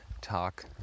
talk